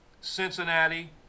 Cincinnati